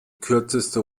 kürzeste